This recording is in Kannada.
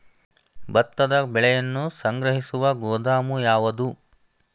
ಭತ್ತದ ಬೆಳೆಯನ್ನು ಸಂಗ್ರಹಿಸುವ ಗೋದಾಮು ಯಾವದು?